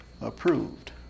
approved